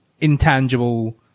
intangible